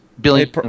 Billion